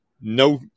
no